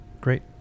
great